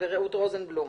ורעות רוזנבלום.